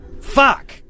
Fuck